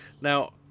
Now